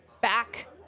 Back